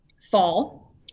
fall